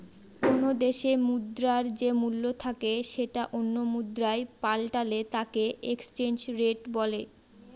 কোনো দেশে মুদ্রার যে মূল্য থাকে সেটা অন্য মুদ্রায় পাল্টালে তাকে এক্সচেঞ্জ রেট বলে